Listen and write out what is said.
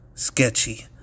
Sketchy